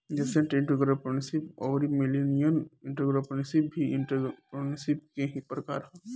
nascent entrepreneurship अउरी millennial entrepreneurship भी entrepreneurship के ही प्रकार ह